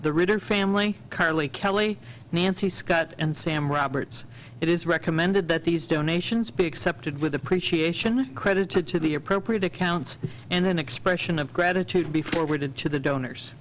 the river family currently kelly nancy scott and sam roberts it is recommended that these donations be accepted with appreciation credited to the appropriate accounts and an expression of gratitude to be forwarded to the donors